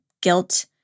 guilt